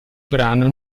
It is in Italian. brano